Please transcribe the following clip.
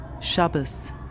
Shabbos